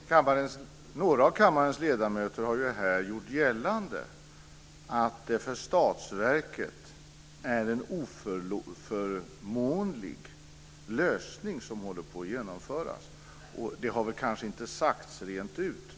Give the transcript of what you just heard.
Fru talman! Några av kammarens ledamöter har ju här gjort gällande att det för statsverket är en oförmånlig lösning som håller på att genomföras. Det har kanske inte sagts rent ut.